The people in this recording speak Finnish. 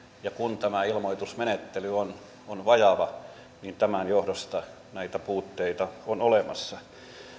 ja kun tämä ilmoitusmenettely on on vajava niin tämän johdosta näitä puutteita on olemassa